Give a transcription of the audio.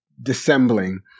dissembling